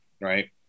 right